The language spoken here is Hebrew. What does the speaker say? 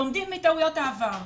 לומדים מטעויות העבר.